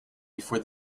before